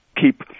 keep